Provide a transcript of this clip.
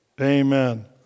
amen